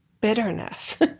bitterness